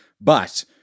But-